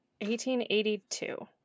1882